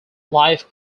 life